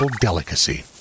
delicacy